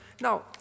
Now